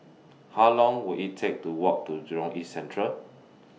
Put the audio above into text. How Long Will IT Take to Walk to Jurong East Central